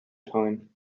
time